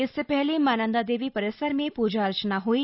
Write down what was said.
इससे पहले मां नन्दादेवी परिसर में पूजा अर्चना हुई